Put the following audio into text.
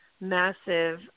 massive